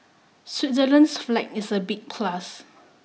Switzerland's flag is a big plus